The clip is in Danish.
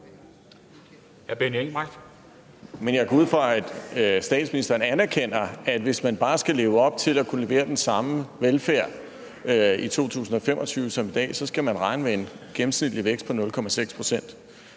Jeg går ud fra, at statsministeren anerkender, at hvis man bare skal leve op til at kunne levere den samme velfærd i 2025 som i dag, skal man regne med en gennemsnitlig vækst på 0,6 pct.